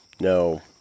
No